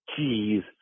Jeez